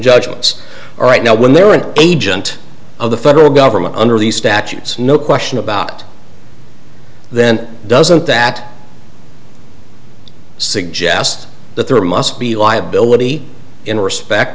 judgments are right now when they are an agent of the federal government under these statutes no question about it then doesn't that suggest that there must be liability in respect